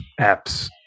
apps